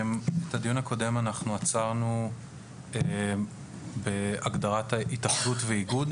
את הדיון הקודם אנחנו עצרנו בהגדרת התאחדות ואיגוד.